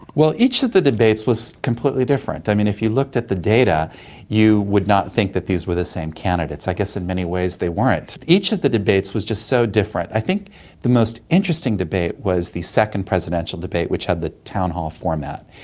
well, each of the debates was completely different. i mean, if you looked at the data you would not think that these were the same candidates. i guess in many ways they weren't. each of the debates was just so different. i think the most interesting debate was the second presidential debate which had the town hall format,